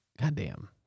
goddamn